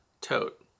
tote